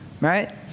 right